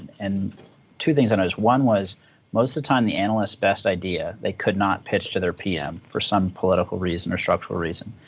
and two things and i noticed. one was most of the time, the analyst's best idea they could not pitch to their pm, for some political reason or structural reason.